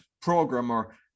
programmer